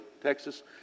Texas